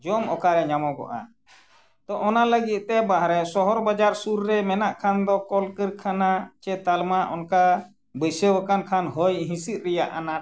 ᱡᱚᱢ ᱚᱠᱟᱨᱮ ᱧᱟᱢᱚᱜᱚᱜᱼᱟ ᱛᱚ ᱚᱱᱟ ᱞᱟᱹᱜᱤᱫᱼᱛᱮ ᱵᱟᱦᱨᱮ ᱥᱚᱦᱚᱨ ᱵᱟᱡᱟᱨ ᱥᱩᱨ ᱨᱮ ᱢᱮᱱᱟᱜ ᱠᱷᱟᱱ ᱫᱚ ᱠᱚᱞᱠᱟᱹᱨᱠᱷᱟᱱᱟ ᱥᱮ ᱛᱟᱞᱢᱟ ᱚᱱᱠᱟ ᱵᱟᱹᱭᱥᱟᱹᱣ ᱟᱠᱟᱱ ᱠᱷᱟᱱ ᱦᱚᱭ ᱦᱤᱸᱥᱤᱫ ᱨᱮᱭᱟᱜ ᱟᱱᱟᱴ